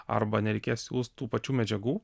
arba nereikės siųst tų pačių medžiagų